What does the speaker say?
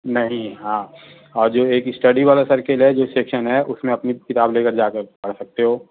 نہیں ہاں اور جو ایک اسٹڈی والا سڑکل ہے جو سیکشن ہے اس میں اپنی کتاب لے کر جا کر پڑھ سکتے ہو